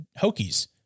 Hokies